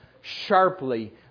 sharply